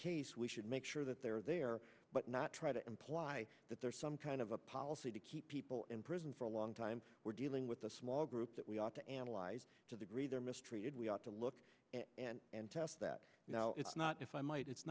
case we should make sure that they're there but not try to imply that there's some kind of a policy to keep people in prison for a long time we're dealing with a small group that we ought to analyze their mistreated we ought to look at and and test that now it's not if i might it's